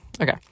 Okay